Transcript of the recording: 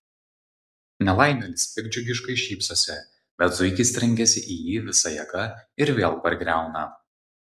nelaimėlis piktdžiugiškai šypsosi bet zuikis trenkiasi į jį visa jėga ir vėl pargriauna